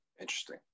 Interesting